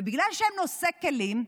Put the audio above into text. ובגלל שהם נושאי כלים,